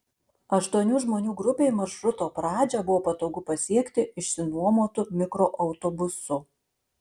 aštuonių žmonių grupei maršruto pradžią buvo patogu pasiekti išsinuomotu mikroautobusu